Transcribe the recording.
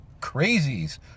crazies